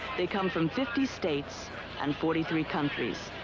they come from fifty states and forty three countries,